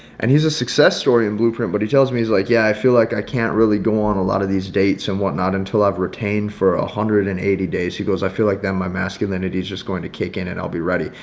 and he's a success story and blueprint, but he tells me he's like, yeah, i feel like i can't really go on a lot of these dates and whatnot until i've retained for one ah hundred and eighty days. he goes i feel like that my masculinity is just going to kick in i'll be ready.